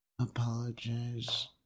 apologize